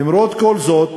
למרות כל זה,